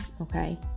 okay